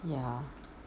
ya